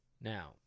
Now